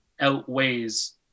outweighs